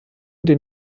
den